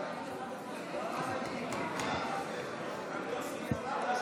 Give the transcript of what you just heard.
להתפלגות סיעה),